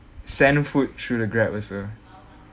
send food through the Grab also